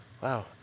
Wow